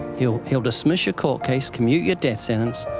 he will will dismiss your court case, commute your death sentence,